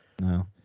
No